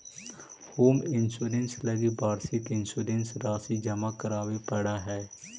home insurance लगी वार्षिक insurance राशि जमा करावे पड़ऽ हइ